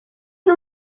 nie